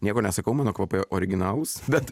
nieko nesakau mano kvapai originalūs bet